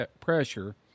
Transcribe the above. pressure